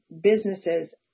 businesses